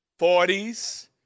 40s